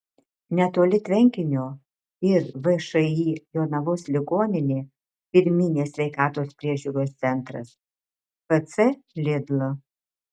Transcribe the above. netoli tvenkinio ir všį jonavos ligoninė pirminės sveikatos priežiūros centras pc lidl